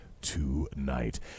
tonight